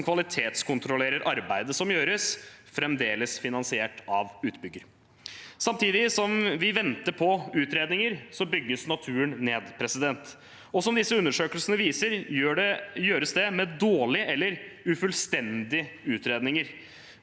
som kvalitetskontrollerer arbeidet som gjøres, fremdeles finansiert av utbygger. Samtidig som vi venter på utredninger, bygges naturen ned. Som disse undersøkelsene viser, gjøres det med dårlige eller ufullstendige utredninger.